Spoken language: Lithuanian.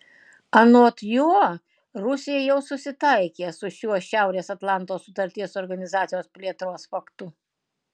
anot jo rusija jau susitaikė su šiuo šiaurės atlanto sutarties organizacijos plėtros faktu